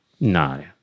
No